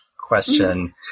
question